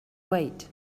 wait